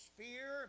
fear